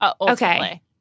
okay